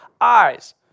eyes